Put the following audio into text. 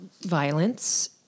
violence